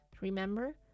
Remember